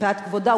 מפאת כבודה,